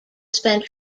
spent